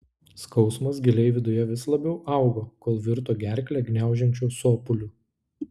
skausmas giliai viduje vis labiau augo kol virto gerklę gniaužiančiu sopuliu